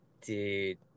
Dude